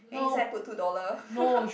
then inside put two dollar